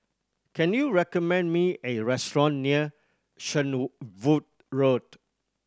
can you recommend me A restaurant near Road